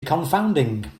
confounding